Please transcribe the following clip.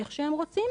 איך שהם רוצים,